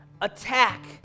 attack